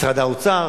משרד האוצר.